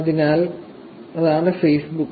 അതിനാൽ അതാണ് ഫേസ്ബുക്ക്